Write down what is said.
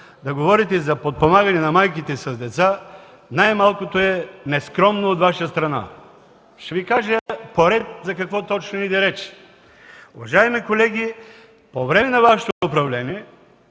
да говорите за подпомагане на майките с деца най-малкото е нескромно от Ваша страна. Ще Ви кажа поред за какво точно иде реч. Уважаеми колеги, по време на Вашето управление,